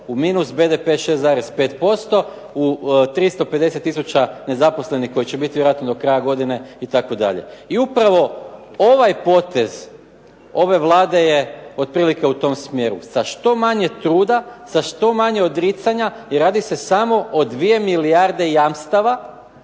U minus BDP 6,5%, u 350 tisuća nezaposlenih koji će biti vjerojatno do kraja godine itd. I upravo ovaj potez ove Vlade je otprilike u tom smjeru sa što manje truda, sa što manje odricanja i radi se samo o 2 milijarde jamstava